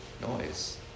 noise